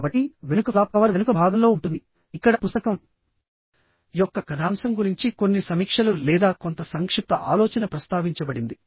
కాబట్టి వెనుక flap cover వెనుక భాగంలో ఉంటుంది ఇక్కడ పుస్తకం యొక్క కథాంశం గురించి కొన్ని సమీక్షలు లేదా కొంత సంక్షిప్త ఆలోచన ప్రస్తావించబడింది